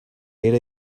era